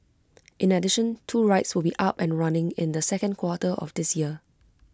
in addition two rides will be up and running in the second quarter of this year